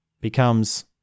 becomes